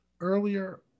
earlier